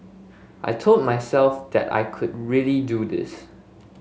I told myself that I could really do this